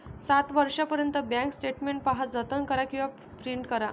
सात वर्षांपर्यंत bank statement पहा, जतन करा किंवा प्रिंट करा